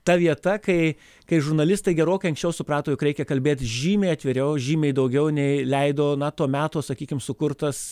ta vieta kai kai žurnalistai gerokai anksčiau suprato jog reikia kalbėt žymiai atviriau žymiai daugiau nei leido na to meto sakykim sukurtas